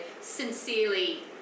sincerely